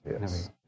Yes